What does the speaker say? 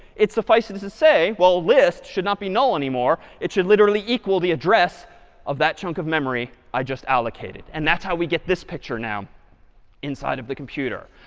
it suffices to say, well, lists should not be null anymore. it should literally equal the address of that chunk of memory i just allocated. and that's how we get this picture now inside of the computer.